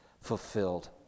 fulfilled